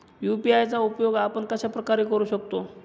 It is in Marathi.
यू.पी.आय चा उपयोग आपण कशाप्रकारे करु शकतो?